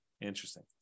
interesting